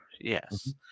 Yes